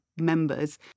members